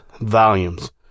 volumes